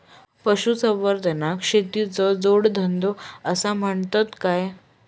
पशुसंवर्धनाक शेतीचो जोडधंदो आसा म्हणतत काय?